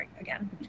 again